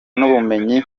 n’ubumenyi